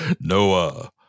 Noah